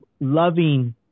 loving